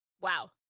wow